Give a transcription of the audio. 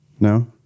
no